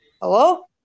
Hello